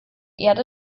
erde